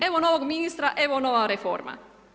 Evo novog ministra, evo nova reforma.